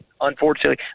unfortunately